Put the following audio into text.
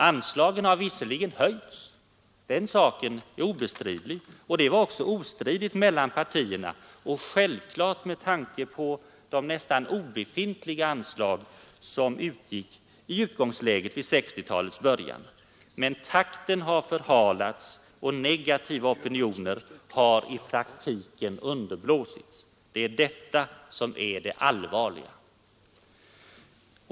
Anslagen har visserligen höjts — den saken har också varit ostridig mellan partierna och självklar med tanke på de nästan obefintliga anslag som utgick i utgångsläget i 1960-talets början. Men takten har förhalats, och negativa opinioner har i praktiken underblåsts. Det är detta som är det allvarliga.